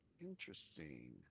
Interesting